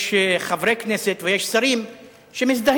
יש חברי כנסת ויש שרים שמזדהים